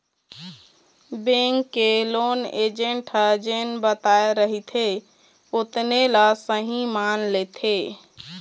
bank के loan agent ह जेन बताए रहिथे ओतने ल सहीं मान लेथे